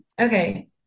okay